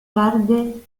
tarde